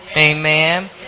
Amen